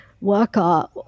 worker